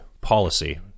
policy